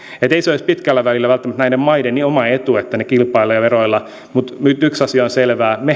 eli ei se ole pitkällä välillä välttämättä edes näiden maiden oma etu että ne kilpailevat veroilla mutta nyt yksi asia on selvää tässä häviämme me